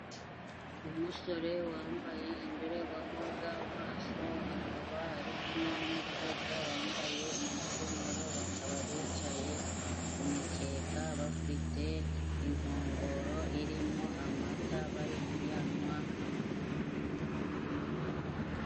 Umusore wambaye indorerwamo z'amaso, akaba ari kumwe n'umukobwa wambaye imikenyero. Bakaba bicaye ku mukeka bafite inkongoro irimo amata, bari kuyanywa.